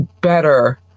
better